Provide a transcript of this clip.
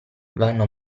vanno